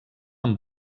amb